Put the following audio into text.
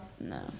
no